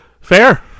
Fair